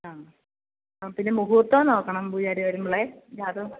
ആ ആ പിന്നെ മുഹൂർത്തവും നോക്കണം പൂജാരി വരുമ്പളേ ജാതകവും